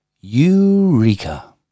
Eureka